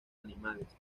animales